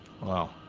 Wow